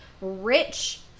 rich